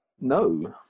No